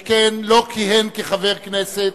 שכן לא כיהן כחבר הכנסת,